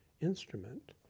instrument